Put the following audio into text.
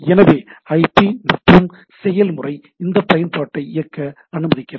எனவே ஐபி மற்றும் செயல்முறை இந்த பயன்பாட்டை இயக்க அனுமதிக்கிறது